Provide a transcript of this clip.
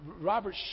Robert